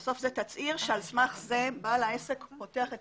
בסוף זה תצהיר שעל סמך זה בעל העסק פותח את